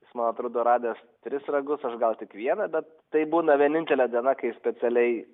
jis man atrodo radęs tris ragus aš gal tik vieną bet tai būna vienintelė diena kai specialiai